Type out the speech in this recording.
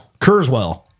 Kurzweil